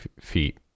feet